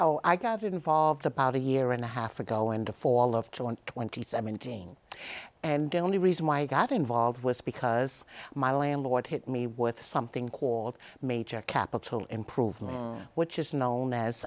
oh i got involved about a year and a half ago in the fall of two hundred and twenty seven king and only reason why i got involved was because my landlord hit me with something called major capital improvement which is known as